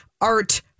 art